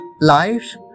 Life